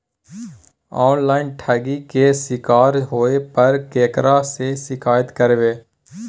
Online ठगी के शिकार होय पर केकरा से शिकायत करबै?